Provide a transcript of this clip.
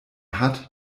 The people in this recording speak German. hat